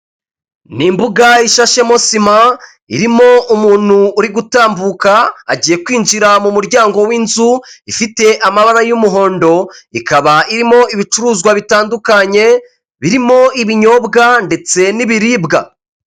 Ni imbuga ishashemo sima irimo umuntu uri gutambuka, agiye kwinjira mu muryango w'inzu ifite amabara y'umuhondo ikaba irimo ibicuruzwa bitandukanye birimo ibinyobwa ndetse n'ibiribwa.